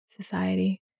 society